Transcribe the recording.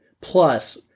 plus